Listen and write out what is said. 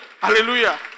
Hallelujah